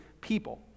people